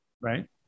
Right